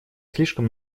слишком